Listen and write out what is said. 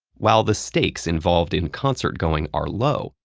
while the stakes involved in concert-going are low,